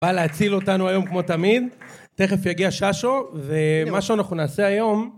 בא להציל אותנו היום כמו תמיד. תכף יגיע ששו, ומה שאנחנו נעשה היום...